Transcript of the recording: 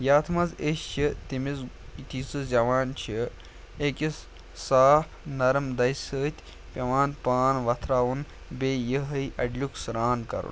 یتھ منٛز أسۍ چھِ تٔمِس یُتھُے سُہ زٮ۪وان چھِ أکِس صاف نرم دجہِ سۭتۍ پٮ۪وان پان وتھراوُن بیٚیہِ یِہوٚے اَڈلیوٚک سرٛان کرُن